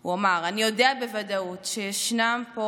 הוא אמר: "אני יודע בוודאות שישנם פה